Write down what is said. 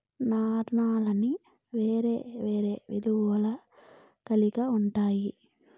నాణాలన్నీ వేరే వేరే విలువలు కల్గి ఉంటాయి